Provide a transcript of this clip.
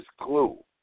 clue